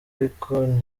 ariko